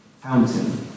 fountain